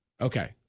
Okay